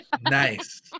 Nice